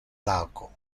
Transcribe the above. laco